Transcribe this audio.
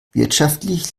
wirtschaftlich